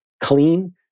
clean